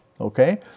okay